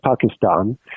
Pakistan